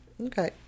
Okay